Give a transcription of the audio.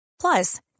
Plus